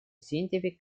scientific